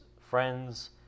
friends